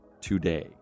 today